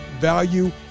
value